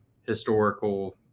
historical